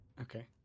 okay